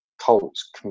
Colts